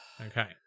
okay